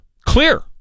clear